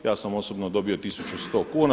Ja sam osobno dobio 1100 kuna.